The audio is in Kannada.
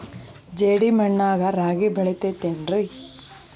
ಜೇಡಿ ಮಣ್ಣಾಗ ರಾಗಿ ಬೆಳಿತೈತೇನ್ರಿ?